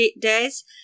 days